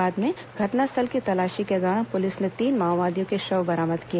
बाद में घटनास्थल की तलाशी के दौरान पुलिस ने तीन माओवादियों के शव बरामद किए